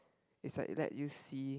it's like let you see